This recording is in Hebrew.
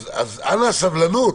אז אנא, סבלנות.